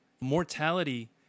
Mortality